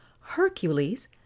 hercules